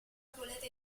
volete